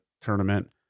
tournament